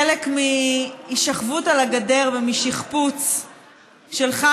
חלק מהישכבות על הגדר ומשכפוץ שלך,